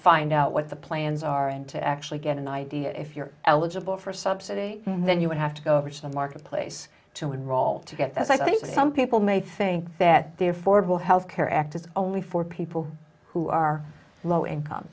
find out what the plans are and to actually get an idea if you're eligible for subsidy and then you would have to go over to the marketplace to enroll to get those i think some people may think that they're for do health care act is only for people who are low income